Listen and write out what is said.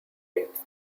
reach